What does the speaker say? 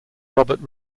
robert